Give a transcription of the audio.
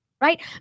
right